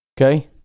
Okay